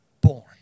born